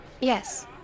Yes